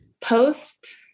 Post